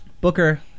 Booker